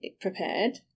prepared